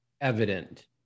evident